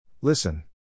Listen